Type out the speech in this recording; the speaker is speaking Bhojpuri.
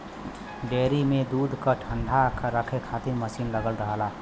डेयरी में दूध क ठण्डा रखे खातिर मसीन लगल रहला